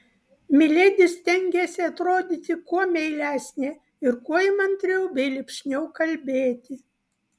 miledi stengėsi atrodyti kuo meilesnė ir kuo įmantriau bei lipšniau kalbėti